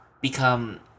become